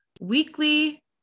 weekly